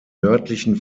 nördlichen